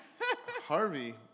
Harvey